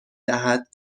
دهد